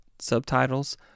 subtitles